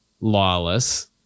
lawless